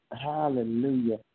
hallelujah